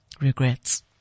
regrets